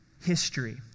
history